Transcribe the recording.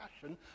passion